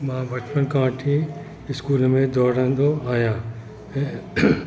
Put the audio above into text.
मां बचपन खां वठी इस्कूल में डोड़ंदो आहियां ऐं